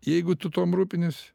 jeigu tu tuom rūpinies